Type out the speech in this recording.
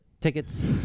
Tickets